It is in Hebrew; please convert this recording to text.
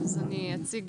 אציג